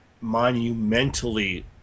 monumentally